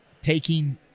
taking